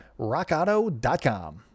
RockAuto.com